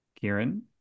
Kieran